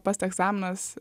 pats egzaminas